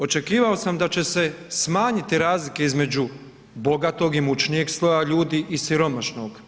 Očekivao sam da će se smanjiti razlike između bogatog, imućnijeg sloja ljudi i siromašnog.